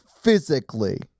physically